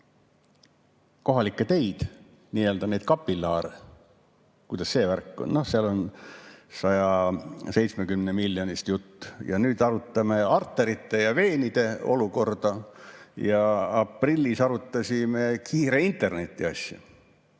kohalikke teid, nii-öelda neid kapillaare, kuidas see värk on. Noh, seal oli 170 miljonist jutt. Nüüd arutame arterite ja veenide olukorda. Aprillis arutasime kiire interneti asja.